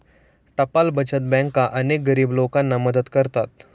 टपाल बचत बँका अनेक गरीब लोकांना मदत करतात